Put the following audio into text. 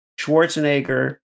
Schwarzenegger